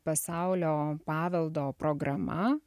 pasaulio paveldo programa